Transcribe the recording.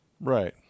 Right